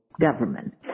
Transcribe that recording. government